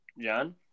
John